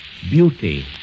beauty